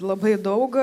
labai daug